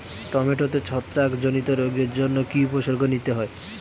টমেটোতে ছত্রাক জনিত রোগের জন্য কি উপসর্গ নিতে হয়?